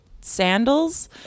sandals